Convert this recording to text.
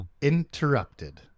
interrupted